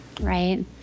Right